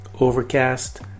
Overcast